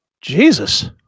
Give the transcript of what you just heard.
Jesus